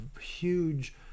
huge